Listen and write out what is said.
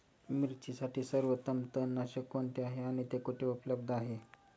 मिरचीसाठी सर्वोत्तम तणनाशक कोणते आहे आणि ते कुठे उपलब्ध आहे?